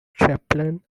chaplain